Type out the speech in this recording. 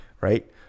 right